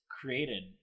created